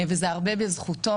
וזה הרבה בזכותו.